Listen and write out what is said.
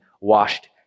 washed